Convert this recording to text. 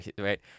Right